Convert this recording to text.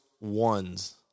Ones